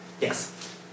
Yes